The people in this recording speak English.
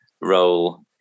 role